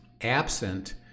absent